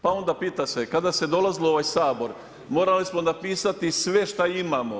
Pa onda pita se kada se dolazilo u ovaj Sabor morali smo napisati sve šta imamo.